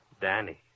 Danny